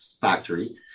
Factory